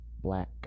black